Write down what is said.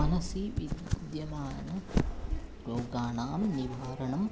मनसि विद्यमानान् रोगाणां निवारणम्